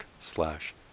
slash